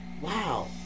wow